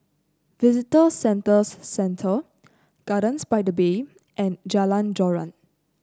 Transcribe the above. Visitor Services Centre Gardens by the Bay and Jalan Joran